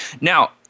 Now